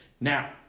now